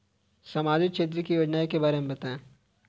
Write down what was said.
सामाजिक क्षेत्र की योजनाओं के बारे में बताएँ?